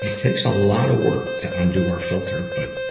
takes a lot of work to undo our filter, but